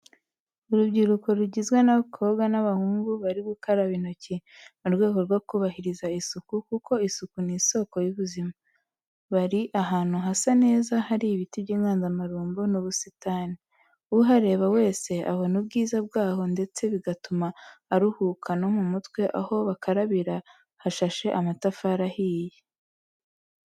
Urubyuruko rugizwe n'abahungu n'abakobwa bari gukaraba intoki mu rwego rwo kubahiriza isuku kuko isuku ni isoko y'ubuzima. Bari ahantu hasa neza hari ibiti by'inganzamarumbo n'ubusitani. Uhareba wese abona ubwiza bwaho ndetse bigatuma aruhuka no mu mutwe, aho bakarabira hashashe amatafari ahiye.